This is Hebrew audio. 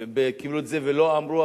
קיבלו את זה ולא אמרו,